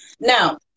now